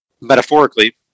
metaphorically